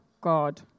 God